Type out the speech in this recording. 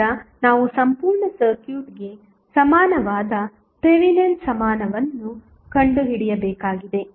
ಆದ್ದರಿಂದ ನಾವು ಸಂಪೂರ್ಣ ಸರ್ಕ್ಯೂಟ್ಗೆ ಸಮಾನವಾದ ಥೆವೆನಿನ್ ಸಮಾನವನ್ನು ಕಂಡುಹಿಡಿಯಬೇಕು